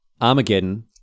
Armageddon